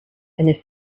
and